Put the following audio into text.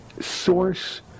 source